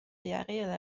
یقه